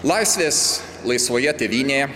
laisvės laisvoje tėvynėje